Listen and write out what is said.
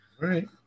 Right